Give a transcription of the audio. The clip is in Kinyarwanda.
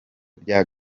bya